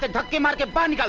but market bond